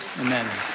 Amen